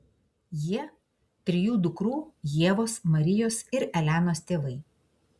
jie trijų dukrų ievos marijos ir elenos tėvai